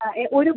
ആ എ ഒരു